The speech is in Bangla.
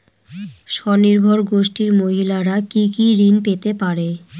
স্বনির্ভর গোষ্ঠীর মহিলারা কি কি ঋণ পেতে পারে?